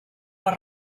les